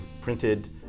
printed